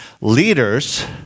leaders